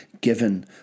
given